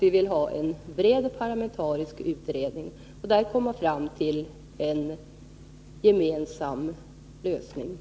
Vi vill ha en bred parlamentarisk utredning för att Vissa författningskomma fram till en gemensam lösning.